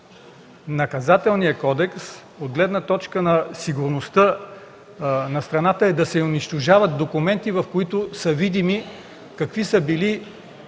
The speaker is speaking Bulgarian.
Наказателния кодекс, от гледна точка на сигурността на страната е да се унищожават документи, в които са видими кои са били